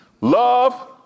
Love